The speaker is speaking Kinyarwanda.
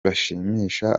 bashimisha